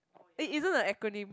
it isn't an acronym